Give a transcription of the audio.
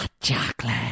chocolate